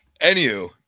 Anywho